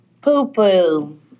Poo-poo